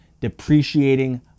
depreciating